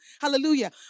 hallelujah